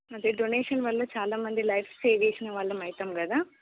అంటే డొనేషన్ వల్ల చాలామంది లైఫ్ సేవ్ చేసిన వాళ్ళమవుతాం కదా